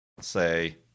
say